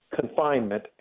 confinement